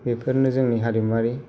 बेफोरनो जोंनि हारिमुवारि